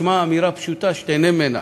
שמע אמירה פשוטה שתיהנה ממנה: